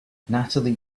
natalie